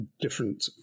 different